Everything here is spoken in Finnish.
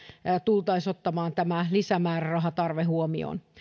tultaisiin ottamaan tämä lisämäärärahatarve huomioon